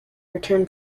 return